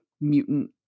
mutant